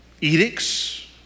edicts